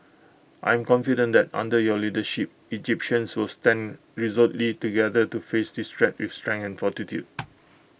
I am confident that under your leadership Egyptians will stand together to face this threat with strength and fortitude